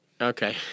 Okay